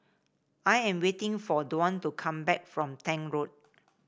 I am waiting for Dwan to come back from Tank Road